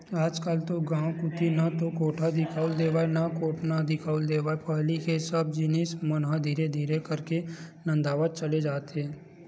आजकल तो गांव कोती ना तो कोठा दिखउल देवय ना कोटना दिखउल देवय पहिली के सब जिनिस मन ह धीरे धीरे करके नंदावत चले जात हे